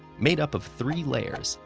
made up of three layers,